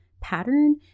pattern